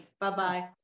Bye-bye